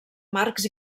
marcs